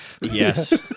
Yes